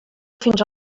fins